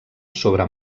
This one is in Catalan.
sobre